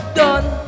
done